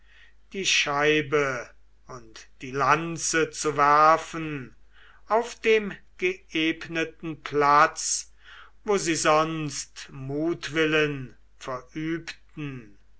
die scheib und die lanze zu werfen auf dem geebneten platz wo sie sonst mutwillen verübten